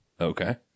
Okay